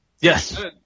Yes